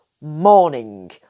morning